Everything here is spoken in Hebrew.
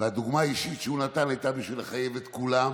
והדוגמה האישית שהוא נתן הייתה בשביל לחייב את כולם